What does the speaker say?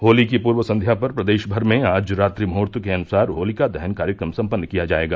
होली की पूर्व संय्या पर प्रदेश भर में आज रात्रि मुहुर्त के अनुसार होलिका दहन कार्यक्रम सम्पन्न किया जायेगा